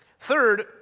Third